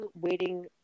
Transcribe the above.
waiting